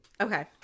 Okay